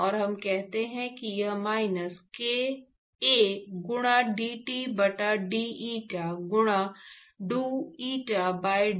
और हम कहते हैं कि यह माइनस k A गुणा dT बटा d eta गुणा dou eta by dou x है